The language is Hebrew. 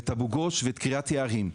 את אבו גוש ואת קריית יערים.